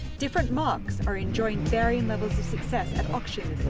different marques are enjoying varying levels of success at auction